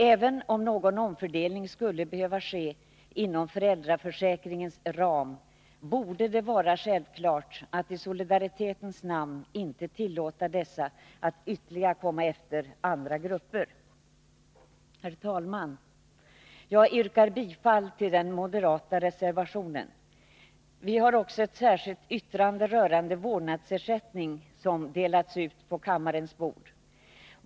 Även om någon omfördelning skulle behöva ske inom föräldraförsäkringens ram, borde det vara självklart att i solidaritetens namn inte tillåta dessa att ytterligare komma efter andra grupper. Herr talman! Jag yrkar bifall till den moderata reservationen. Vi har också rörande vårdnadsersättning ett särskilt yttrande som delats ut på kammarens bord.